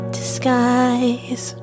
disguise